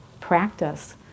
practice